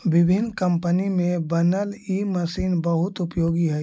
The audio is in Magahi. विभिन्न कम्पनी में बनल इ मशीन बहुत उपयोगी हई